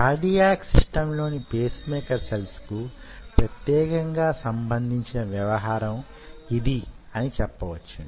cardiac system లోని pace maker cells కు ప్రత్యేకంగా సంబంధించిన వ్యవహారం ఇది అని చెప్పవచ్చును